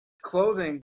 clothing